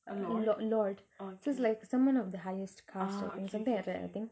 a lord lord so it's like someone of the highest caste or something like that I think